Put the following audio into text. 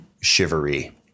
shivery